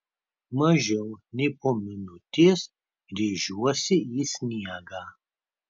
mažiau nei po minutės rėžiuosi į sniegą